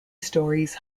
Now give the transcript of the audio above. stories